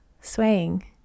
swaying